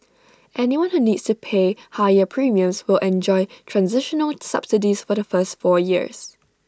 anyone who needs to pay higher premiums will enjoy transitional subsidies for the first four years